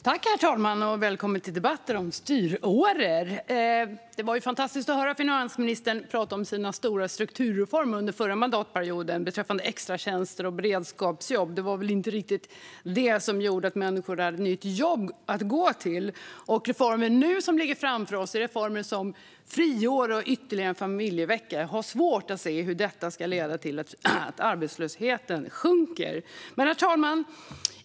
Herr talman! Välkommen till debatten om styråror! Det var fantastiskt att höra finansministern prata om sina stora strukturreformer under förra mandatperioden beträffande extratjänster och beredskapsjobb. Det var väl inte riktigt det som gjorde att människor fick jobb att gå till. Reformer som nu ligger framför oss är reformer som friår och ytterligare en familjevecka. Jag har svårt att se hur detta ska leda till att arbetslösheten sjunker. Herr talman!